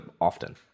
often